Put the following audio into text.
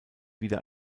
wieder